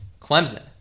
Clemson